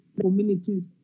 communities